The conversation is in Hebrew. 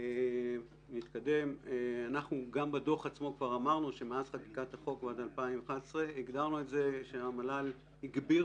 גם בדוח עצמו אמרנו שמאז חקיקת החוק ועד 2011 המל"ל הגביר